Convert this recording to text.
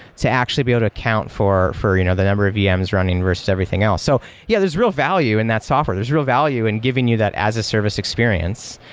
to actually build account for for you know the number of vms running versus everything else. so yeah, there's real value in that software. there's real value in giving you that as a service experience,